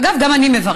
אגב, אני גם מברכת,